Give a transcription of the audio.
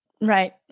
Right